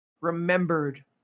remembered